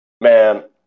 Man